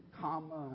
comma